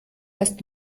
erst